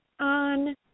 on